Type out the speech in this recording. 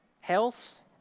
health